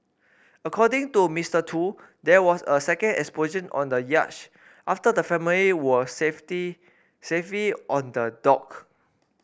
according to Mister Tu there was a second explosion on the yacht after the family were safety safely on the dock